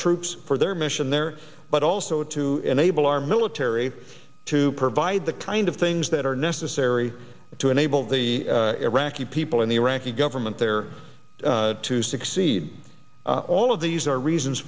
troops for their mission there but also to enable our military to provide the kind of things that are necessary to enable the iraqi people and the iraqi government there to succeed all of these are reasons